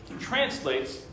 translates